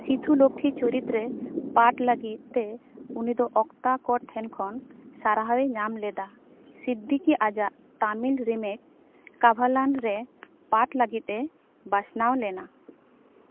ᱥᱤᱛᱷᱩᱼᱞᱚᱠᱠᱷᱤ ᱪᱚᱨᱤᱛᱨᱮ ᱯᱟᱴᱷ ᱞᱟᱹᱜᱤᱫᱛᱮ ᱩᱱᱤᱫᱚ ᱚᱠᱛᱟᱠᱚ ᱴᱷᱮᱱᱠᱷᱚᱱ ᱥᱟᱨᱦᱟᱣᱮ ᱧᱟᱢ ᱞᱮᱫᱟ ᱥᱤᱫᱽᱫᱤᱠᱤ ᱟᱡᱟᱜ ᱛᱟᱢᱤᱞ ᱨᱤᱢᱮᱠ ᱠᱟᱵᱷᱟᱞᱟᱱᱨᱮ ᱯᱟᱴᱷ ᱞᱟᱹᱜᱤᱫᱮ ᱵᱟᱪᱷᱱᱟᱣ ᱞᱮᱱᱟ